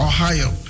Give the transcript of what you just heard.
Ohio